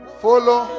follow